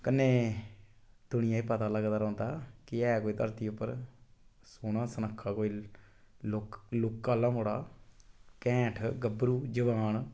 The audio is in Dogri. कन्नै दुनिया गी पता लगदा कि केह् ऐ दुनिया उप्पर सोह्ना सनक्खा कोई लुक आह्ला मुड़ा घैंठ गब्भरू जुआन